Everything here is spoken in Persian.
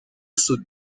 سود